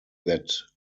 that